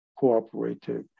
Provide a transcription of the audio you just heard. cooperative